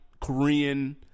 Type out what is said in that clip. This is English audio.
Korean